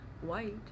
white